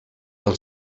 del